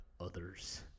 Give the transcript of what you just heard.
others